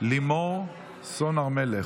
לימור סון הר מלך.